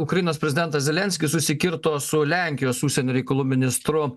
ukrainos prezidentas zelenskis susikirto su lenkijos užsienio reikalų ministru